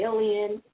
Alien